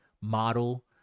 model